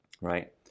Right